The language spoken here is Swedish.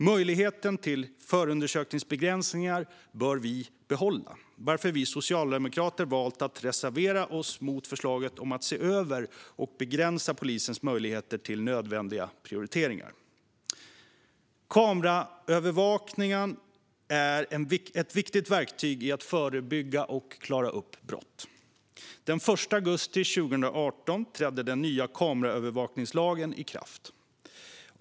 Möjligheten till förundersökningsbegränsning bör vi behålla, varför vi socialdemokrater valt att reservera oss mot förslaget om att se över och begränsa polisens möjligheter till nödvändiga prioriteringar. Kameraövervakning är ett viktigt verktyg för att förebygga och klara upp brott. Den 1 augusti 2018 trädde den nya kameraövervakningslagen i kraft.